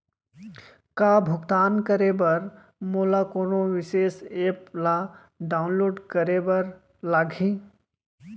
का भुगतान करे बर मोला कोनो विशेष एप ला डाऊनलोड करे बर लागही